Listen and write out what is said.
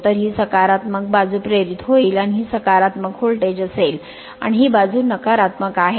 तर ही सकारात्मक बाजू प्रेरित होईल आणि ही सकारात्मक व्होल्टेज असेल आणि ही बाजू नकारात्मक आहे